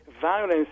violence